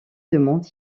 demande